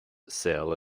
sail